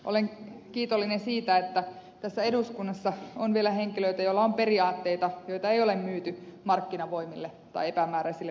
olen kiitollinen siitä että tässä eduskunnassa on vielä henkilöitä joilla on periaatteita joita ei ole myyty markkinavoimille tai epämääräisille vaalirahoittajille